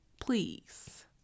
please